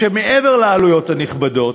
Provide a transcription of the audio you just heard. להוסיף, שמעבר לעלויות הנכבדות,